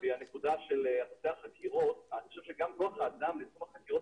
והיא הנקודה של נושא החקירות אני חושב שגם כוח האדם לצורך חקירות